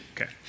Okay